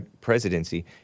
presidency